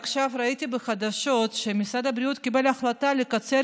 עכשיו ראיתי בחדשות שמשרד הבריאות קיבל החלטה לקצר